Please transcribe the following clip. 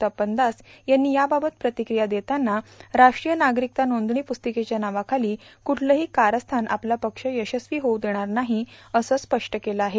तपन दास यांनी याबाबत प्रतिक्रिया देताना राष्ट्रीय वागरिकता नोंदणी पुस्तिकेच्या नावाखाली कुळलंही कारस्थान आपला पक्ष यशस्वी होवू देणार वाही असं स्पष्ट केलं आहे